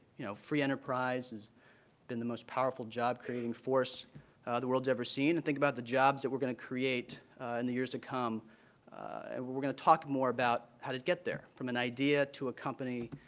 you know, free enterprise has been the most powerful job-creating force the world has ever seen. and think about the jobs that we're going to create in the years to come. and we're we're going to talk more about how to get there from an idea to a company,